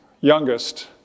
youngest